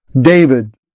David